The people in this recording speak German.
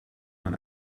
man